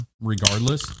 regardless